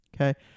okay